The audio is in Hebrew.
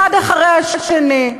אחד אחרי השני,